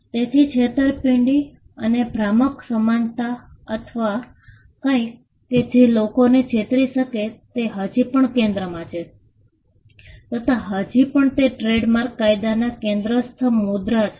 તેથી છેતરપિંડી અથવા ભ્રામક સમાનતા અથવા કંઈક કે જે લોકોને છેતરી શકે તે હજી પણ કેન્દ્રમાં છે તથા હજી પણ તે ટ્રેડમાર્ક કાયદાના કેન્દ્રસ્થ મુદ્દા છે